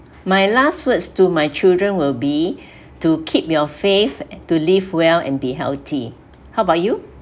my last words to my children will be to keep your faith to live well and be healthy how about you